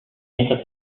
estas